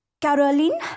Caroline